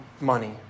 money